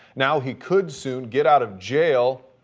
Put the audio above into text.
now he could soon get out of jail.